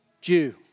Jew